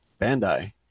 Bandai